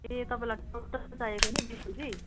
ए तपाईँलाई चाहिएको नि बिस केजी